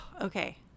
Okay